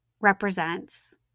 represents